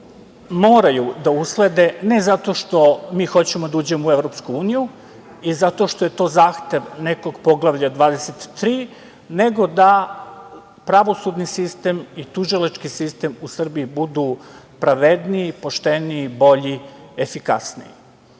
moraju da uslede, ne zato što mi hoćemo da uđemo u EU i zato što je to zahtev nekog Poglavlja 23, nego da pravosudni sistem i tužilački sistem u Srbiji budu pravedniji, pošteniji i bolji i efikasniji. Moram